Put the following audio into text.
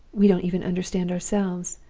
we don't even understand ourselves.